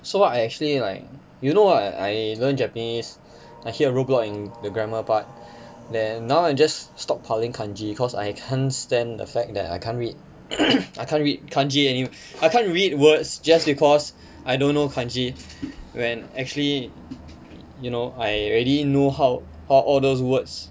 so I actually like you know [what] I I learnt japanese I hit a roadblock in the grammar part then now I'm just stockpiling kanji cause I can't stand the fact that I can't read I can't read kanji anymore I can't read words just because I don't know kanji when actually you know I already know how how all those words